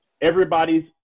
Everybody's –